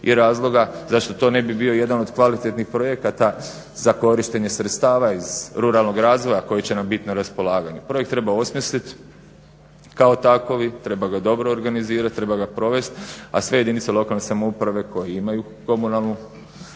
i razloga zašto to ne bi bio jedan od kvalitetnih projekata za korištenje sredstava iz ruralnog razvoja koji će nam biti na raspolaganju. Projekt treba osmisliti kao takav, treba ga dobro organizirati, treba ga provesti, a sve jedinice lokalne samouprave koje imaju komunalne